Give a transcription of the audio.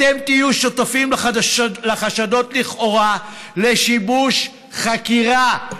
אתם תהיו שותפים לחשדות לכאורה לשיבוש חקירה.